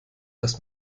dass